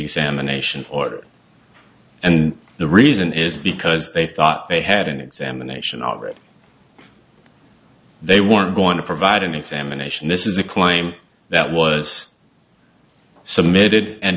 examination ordered and the reason is because they thought they had an examination all right they weren't going to provide an examination this is a claim that was submitted and